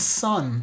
son